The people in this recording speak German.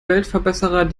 weltverbesserer